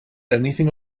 anything